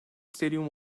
stadium